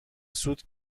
سوت